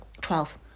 Twelve